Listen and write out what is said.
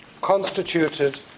constituted